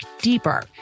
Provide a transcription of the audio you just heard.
deeper